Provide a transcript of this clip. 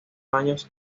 años